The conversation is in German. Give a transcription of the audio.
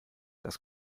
das